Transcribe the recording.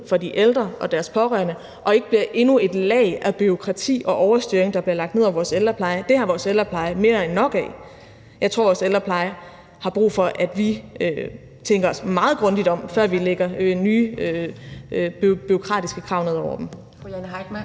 for de ældre og deres pårørende og ikke bliver endnu et lag af bureaukrati og overstyring, der bliver lagt ned over vores ældrepleje. Det har vores ældrepleje mere end nok af. Jeg tror, vores ældrepleje har brug for, at vi tænker os meget grundigt om, før vi lægger nye bureaukratiske krav ned over dem. Kl. 11:44 Anden